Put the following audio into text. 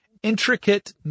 Intricate